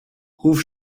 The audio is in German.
ruf